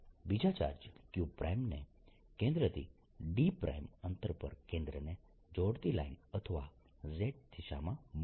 બીજા charge q prime ને કેન્દ્રથી d પ્રાઈમ અંતર પર કેન્દ્રને જોડતી લાઇન અથવા અથવા z દિશામાં મુકો